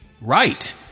right